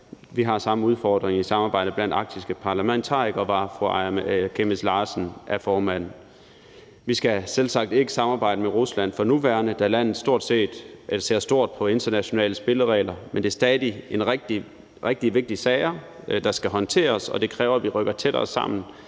Vi har samme udfordring i samarbejdet blandt Arktiske Parlamentarikere, hvor fru Aaja Chemnitz Larsen er formand. Vi skal selvsagt ikke samarbejde med Rusland for nuværende, da landet ser stort på internationale spilleregler, men der er stadig rigtig vigtige sager, der skal håndteres, og det kræver, at vi rykker tættere sammen